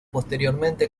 posteriormente